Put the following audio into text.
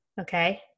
okay